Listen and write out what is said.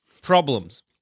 problems